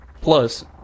Plus